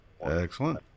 Excellent